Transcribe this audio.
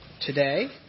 today